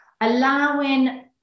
allowing